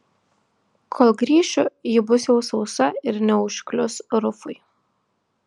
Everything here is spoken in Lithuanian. kol grįšiu ji bus jau sausa ir neužklius rufui